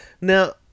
Now